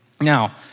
Now